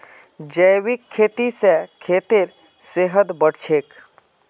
जैविक खेती स खेतेर सेहत बढ़छेक